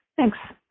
thanks.